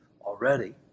already